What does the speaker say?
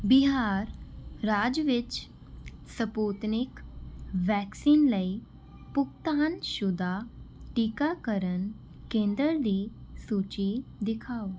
ਬਿਹਾਰ ਰਾਜ ਵਿੱਚ Sputnik vaccine ਲਈ ਭੁਗਤਾਨਸ਼ੁਦਾ ਟੀਕਾਕਰਨ ਕੇਂਦਰ ਦੀ ਸੂਚੀ ਦਿਖਾਓ